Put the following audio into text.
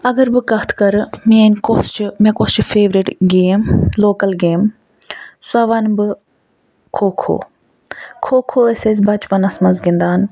اگر بہٕ کتھ کَرٕ میٛٲنۍ کۄس چھِ مےٚ کوٚس چھِ فیورِٹ گیم لوکَل گیم سۄ وَنہٕ بہٕ کھو کھو کھو کھو ٲسۍ أسۍ بَچپَنَس مَنٛز گِندان